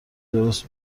درست